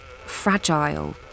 fragile